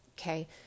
okay